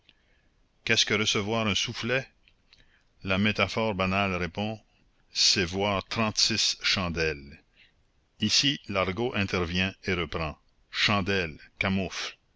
qu'est-ce que recevoir un soufflet la métaphore banale répond c'est voir trente-six chandelles ici l'argot intervient et reprend chandelle camoufle